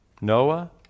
Noah